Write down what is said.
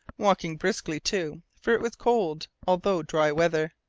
walking briskly too, for it was cold, although dry weather.